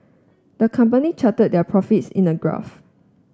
the company charted their profits in a graph